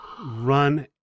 run